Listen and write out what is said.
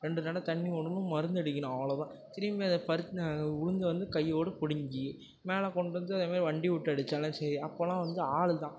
ரெண்டு நடை தண்ணிவிடணும் மருந்து அடிக்கணும் அவ்வளோதான் திரும்பி அதை பருத்தினா உளுந்து வந்து கையோடு பிடுங்கி மேலே கொண்டு வந்து அது மேலே வண்டிவிட்டு அடித்தாலும் சரி அப்போல்லாம் வந்து ஆள் தான்